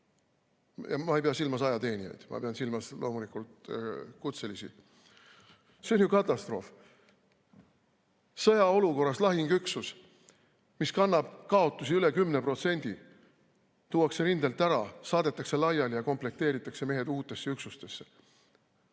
Ma ei pea silmas ajateenijaid, ma pean loomulikult silmas kutselisi. See on ju katastroof. Sõjaolukorras lahinguüksus, mis kannab kaotusi üle 10%, tuuakse rindelt ära, saadetakse laiali ja komplekteeritakse mehed uutesse üksustesse.